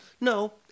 No